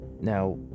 Now